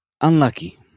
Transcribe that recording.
unlucky